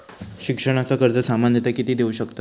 शिक्षणाचा कर्ज सामन्यता किती देऊ शकतत?